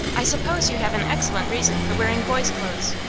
i suppose you have an excellent reason for wearing boys' clothes.